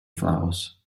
flowers